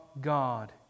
God